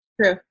True